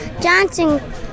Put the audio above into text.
Johnson